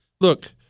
Look